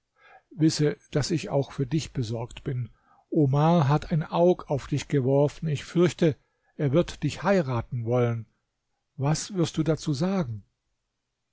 wisse daß ich auch für dich besorgt bin omar hat ein aug auf dich geworfen ich fürchte er wird dich heiraten wollen was wirst du dazu sagen